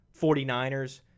49ers